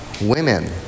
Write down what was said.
women